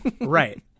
Right